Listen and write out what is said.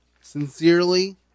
sincerely